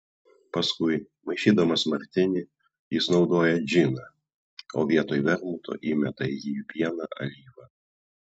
paskui maišydamas martinį jis naudoja džiną o vietoj vermuto įmeta į jį vieną alyvą